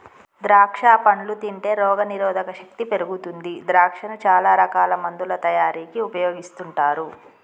ద్రాక్షా పండ్లు తింటే రోగ నిరోధక శక్తి పెరుగుతుంది ద్రాక్షను చాల రకాల మందుల తయారీకి ఉపయోగిస్తుంటారు